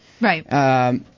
Right